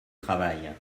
travail